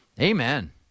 Amen